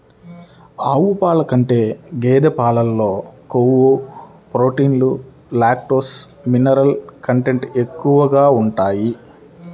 ఆవు పాల కంటే గేదె పాలలో కొవ్వు, ప్రోటీన్, లాక్టోస్, మినరల్ కంటెంట్ ఎక్కువగా ఉంటాయి